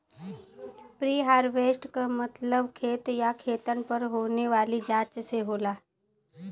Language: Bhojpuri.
प्रीहार्वेस्ट क मतलब खेत या खेतन पर होने वाली जांच से होला